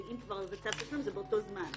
שאם כבר זה צו תשלומים, זה באותו זמן.